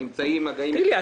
תגיד לי,